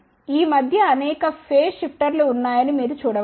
ఈ మధ్య అనేక ఫేస్ షిఫ్టర్లు ఉన్నాయని మీరు చూడవచ్చు